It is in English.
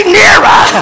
nearer